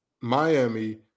Miami